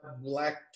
black